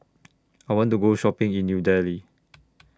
I want to Go Shopping in New Delhi